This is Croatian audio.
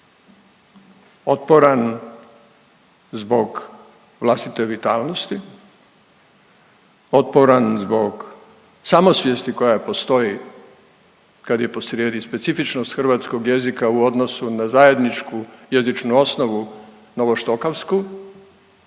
Otporan zbog vlastite vitalnosti, otporan zbog samosvijesti koja postoji kad je posrijedi specifičnost hrvatskog jezika u odnosu na zajedničku jezičnu osnovu novo štokavsku